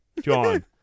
John